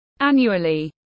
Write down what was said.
annually